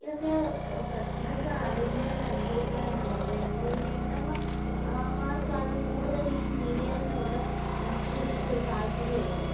ഇതൊക്കെ ഇതൊക്കെ അറിയണം അനുഭവിക്കണം എന്നുണ്ടെങ്കില് നമ്മള് ഒരു വീട്ടമ്മ മാര്ക്കാണ് കൂടുതല് ഈ സീരിയലിനോട് കൂടുതല് ഒരു താല്പര്യം ഉള്ളത്